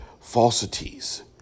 falsities